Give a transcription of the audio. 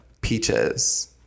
peaches